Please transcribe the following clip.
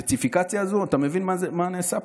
הספציפיקציה הזו, אתה מבין מה נעשה פה?